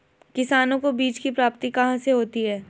किसानों को बीज की प्राप्ति कहाँ से होती है?